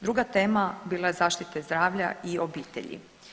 Druga tema bila je zaštita zdravlja i obitelji.